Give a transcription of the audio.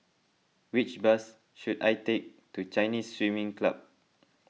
which bus should I take to Chinese Swimming Club